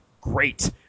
great